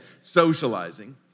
socializing